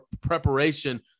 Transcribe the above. preparation